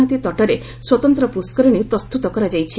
ନଦୀ ତଟରେ ସ୍ୱତନ୍ତ ପୁଷ୍କରିଣୀ ପ୍ରସ୍ତୁତ କରାଯାଇଛି